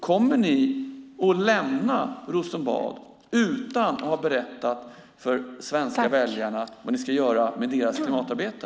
Kommer ni att lämna Rosenbad utan att ha berättat för svenska väljare vad ni ska göra med deras klimatarbete?